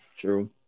True